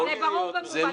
זה ברור ומובן מאליו.